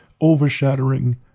overshadowing